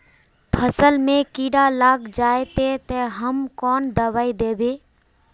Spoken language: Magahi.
फसल में कीड़ा लग जाए ते, ते हम कौन दबाई दबे?